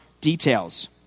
details